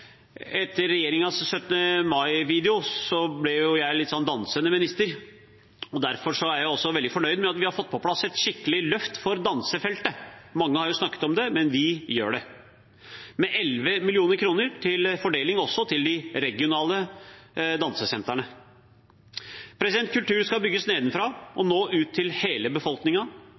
Etter regjeringens 17. mai-video ble jeg på en måte en dansende minister. Derfor er jeg veldig fornøyd med at vi har fått på plass et skikkelig løft for dansefeltet – mange har snakket om det, men vi gjør det – med 11 mill. kr til fordeling også til de regionale dansesentrene. Kulturen skal bygges nedenfra og nå ut til hele